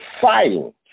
fighting